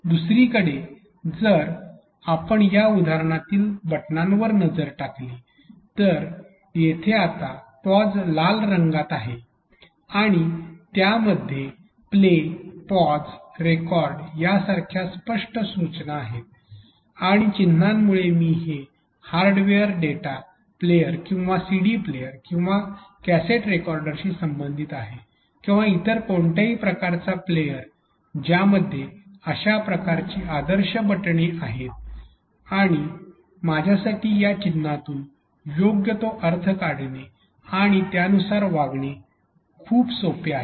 दुसरीकडे जर आपण जर या उदाहरणातील बटनांवर नजर टाकली जेथे आता पॉज लाल रंगात आहे आणि त्यातमध्ये प्ले पॉज रेकॉर्ड सारख्या स्पष्ट सूचना आहेत आणि चिन्हामुळे मी हे हार्डवेअर डेटा प्लेयर किंवा सीडी प्लेयर किंवा कॅसेट रेकॉर्डरशी संबंधित आहे किंवा इतर कोणत्याही प्रकारचा प्लेयर ज्यामध्ये या प्रकारची आदर्श बटणे आहेत आणि माझ्यासाठी या चिन्हातून योग्य तो अर्थ काढणे आणि त्यानुसार वागणे हे खूप सोपे आहे